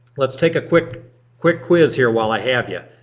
let's take a quick quick quiz here while i have you.